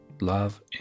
love